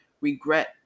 regret